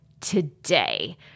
today